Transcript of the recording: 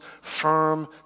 firm